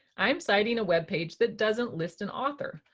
i'm citing a web page that doesn't list an author,